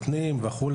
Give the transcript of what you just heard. וכו'.